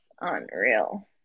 unreal